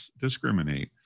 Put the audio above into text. discriminate